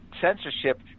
censorship